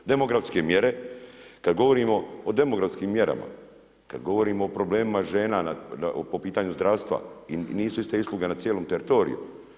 Demografske mjere, kad govorimo o demografskim mjerama, kad govorimo o problemima žena po pitanju zdravstva, nisu iste usluge na cijelom teritoriju.